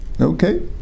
Okay